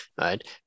right